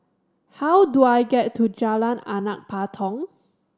how do I get to Jalan Anak Patong